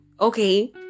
okay